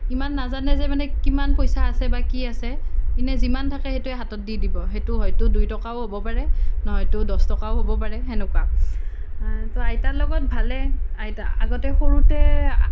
ইমান নাজানে যে মানে কিমান পইচা আছে বা কি আছে এনেই যিমান থাকে সেইটোৱে হাতত দি দিব সেইটো হয়তো দুই টকাও হ'ব পাৰে নহয়তো দছ টকাও হ'ব পাৰে সেনেকুৱা ত' আইতাৰ লগত ভালে আইতা আগতে সৰুতে